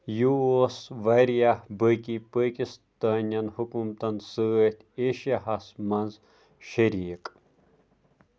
یہِ اوس واریاہ بٲقی پٲکستانٮ۪ن حکوٗمتَن سۭتۍ عیشیاہَس منٛز شریٖک